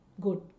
good